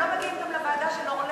הם לא מגיעים גם לוועדה של אורלב.